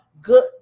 good